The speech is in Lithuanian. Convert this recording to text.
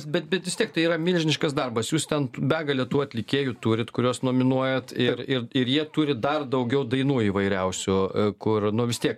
bet bet vis tiek tai yra milžiniškas darbas jūs ten begalė tų atlikėjų turit kuriuos nominuojat ir ir ir jie turi dar daugiau dainų įvairiausių kur nu vis tiek